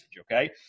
Okay